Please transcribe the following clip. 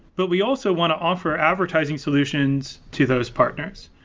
but we also want to offer advertising solutions to those partners.